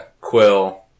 Quill